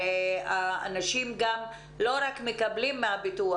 הרי אנשים לא רק מקבלים מהביטוח,